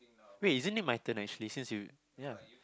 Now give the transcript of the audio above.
wait isn't it my turn actually since you ya